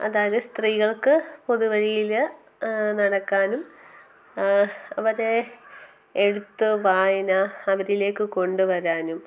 അതായത് സ്ത്രീകൾക്ക് പൊതു വഴിയിൽ നടക്കാനും അവരെ എഴുത്ത് വായന അവരിലേക്ക് കൊണ്ടു വരാനും